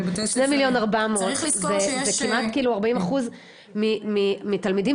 2.4 מיליון זה כמעט כאילו 40% מתלמידים